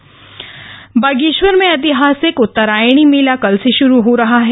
उत्तरायणी मेला बागेश्वर में ऐतिहासिक उत्तरायणी मेला कल से शुरू हो रहा है